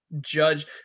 judge